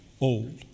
old